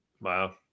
wow